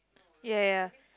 ya ya ya